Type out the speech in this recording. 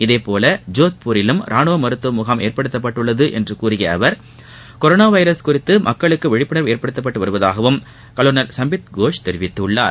இதேபோல ஜோத்பூரிலும் ரானுவ மருத்துவ முகாம் ஏற்படுத்தப்பட்டுள்ளது என்று கூறிய அவர் கொரோனா வைரஸ் குறித்து மக்களுக்கு விழிப்புணர்வு ஏற்படுத்தப்பட்டு வருவதாகவும் கலோனல் சம்பித் கோஷ் தெரிவித்துள்ளார்